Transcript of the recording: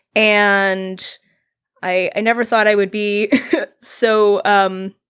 and i i never thought i would be so um,